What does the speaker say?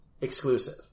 exclusive